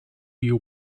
you